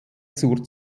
zur